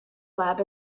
lab